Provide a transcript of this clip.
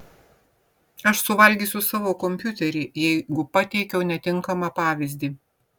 aš suvalgysiu savo kompiuterį jeigu pateikiau netinkamą pavyzdį